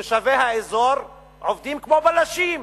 תושבי האזור עובדים כמו בלשים.